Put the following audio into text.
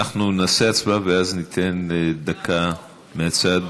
אנחנו נעשה הצבעה ואז ניתן דקה מהצד.